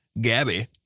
Gabby